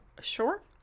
Sure